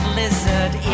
lizard